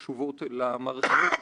שליוותה אותי מהרגע הראשון,